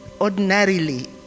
ordinarily